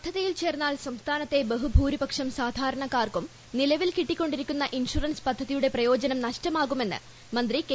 പദ്ധതിയിൽ ചേർന്നാൽ സംസ്ഥാനത്തെ ബഹുഭൂരിപക്ഷം സാധാരണക്കാർക്കും നിലവിൽ കിട്ടിക്കൊണ്ടിരിക്കുന്ന ഇൻഷുറൻസ് പദ്ധതിയുടെ പ്രയോജനം നഷ്ടമാകുമെന്ന്മന്ത്രി കെ